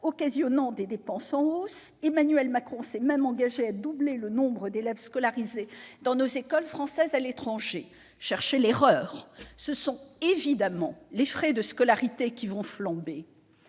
occasionnant des dépenses en hausse. Emmanuel Macron s'est même engagé à doubler le nombre d'élèves scolarisés dans nos écoles françaises à l'étranger. Cherchez l'erreur ! Ce sont évidemment les frais de scolarité qui vont flamber.